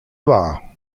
war